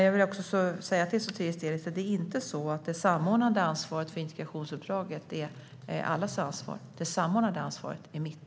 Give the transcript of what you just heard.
Jag vill också säga till Sotiris Delis att det samordnade ansvaret för integrationsuppdraget inte är allas ansvar. Det samordnande ansvaret är mitt.